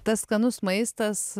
tas skanus maistas